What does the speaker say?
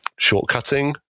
shortcutting